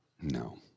No